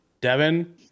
Devin